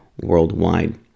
worldwide